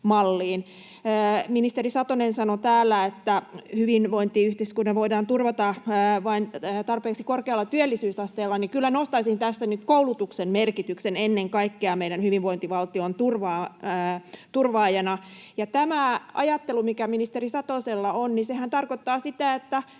ministeri Satonen sanoi täällä, että hyvinvointiyhteiskunta voidaan turvata vain tarpeeksi korkealla työllisyysasteella, niin kyllä nostaisin tästä nyt koulutuksen merkityksen ennen kaikkea meidän hyvinvointivaltion turvaajana. Tämä ajattelu, mikä ministeri Satosella on, sehän tarkoittaa sitä, että